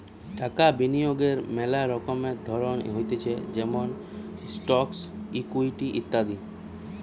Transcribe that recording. টাকা বিনিয়োগের মেলা রকমের ধরণ হতিছে যেমন স্টকস, ইকুইটি ইত্যাদি